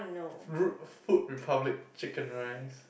food-republic chicken rice